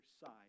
side